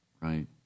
Right